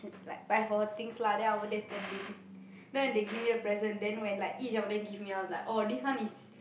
like for her things lah then I was over there standing then they give me a present then like each of them give me then I was like oh this one is